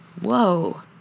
Whoa